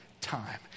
time